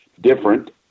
different